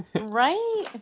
Right